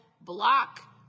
block